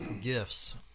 gifts